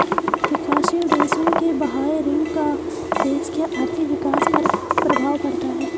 विकासशील देशों के बाह्य ऋण का देश के आर्थिक विकास पर प्रभाव पड़ता है